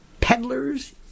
peddlers